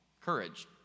Courage